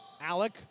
Alec